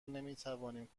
نمیتوانیم